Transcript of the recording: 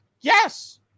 Yes